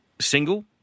single